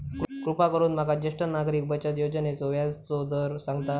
कृपा करून माका ज्येष्ठ नागरिक बचत योजनेचो व्याजचो दर सांगताल